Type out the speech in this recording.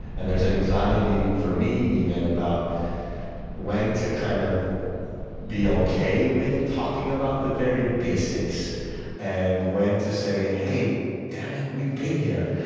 and there's an anxiety for me even about when to kind of be ok with talking about the very basics and when to say, hey, damn it, we've been here.